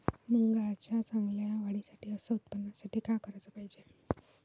मुंगाच्या चांगल्या वाढीसाठी अस उत्पन्नासाठी का कराच पायजे?